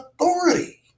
authority